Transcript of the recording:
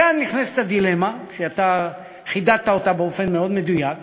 כאן נכנסת הדילמה, שאתה חידדת באופן מאוד מדויק,